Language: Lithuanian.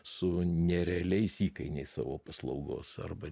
su nerealiais įkainiais savo paslaugos arba